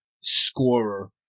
scorer